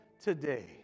today